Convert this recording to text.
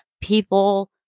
People